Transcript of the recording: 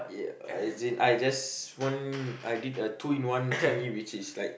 yeah as in I just want I did a two in one thingy which is like